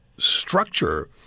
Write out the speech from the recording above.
structure